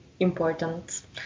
important